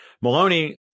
Maloney